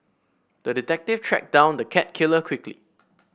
the detective tracked down the cat killer quickly